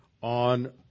on